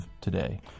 today